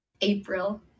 April